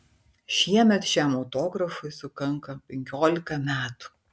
šiemet šiam autografui sukanka penkiolika metų